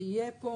שיהיה פה,